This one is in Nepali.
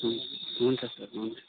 हुन्छ सर हुन्छ हुन्छ